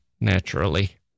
naturally